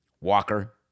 Walker